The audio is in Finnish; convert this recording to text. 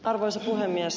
arvoisa puhemies